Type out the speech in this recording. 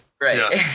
Right